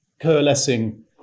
coalescing